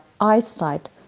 eyesight